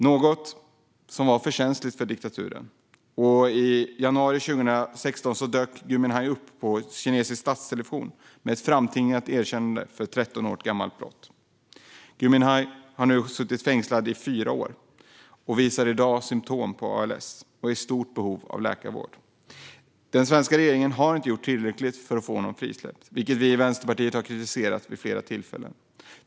Det var för känsligt för diktaturen, och i januari 2016 dök Gui Minhai upp i statstelevisionen med ett framtvingat erkännande av ett 13 år gammalt brott. Gui Minhai har nu suttit fängslad i fyra år. Han visar i dag symtom på ALS och är i stort behov av läkarvård. Den svenska regeringen har inte gjort tillräckligt för att få honom frisläppt, vilket Vänsterpartiet har kritiserat vid flera tillfällen.